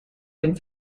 den